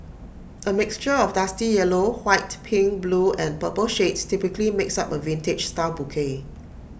A mixture of dusty yellow white pink blue and purple shades typically makes up A vintage style bouquet